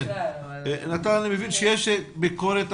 נטלי, אני מבין שיש ביקורת.